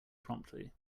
promptly